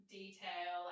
detail